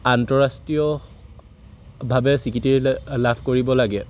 আন্তঃৰাষ্ট্ৰীয়ভাৱে স্বীকৃতি লাভ কৰিব লাগে